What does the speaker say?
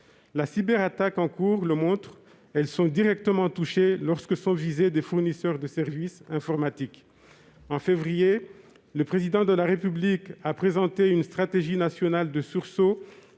la cyberattaque en cours, elles sont directement touchées lorsque sont visés des fournisseurs de services informatiques. En février dernier, le Président de la République a présenté une stratégie nationale de sursaut